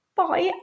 poi